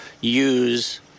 use